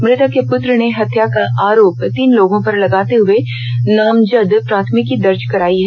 मृतक के पुत्र ने हत्या का आरोप तीन लोगों पर लगाते हुए नामजद प्राथमिकी दर्ज कराई है